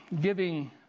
giving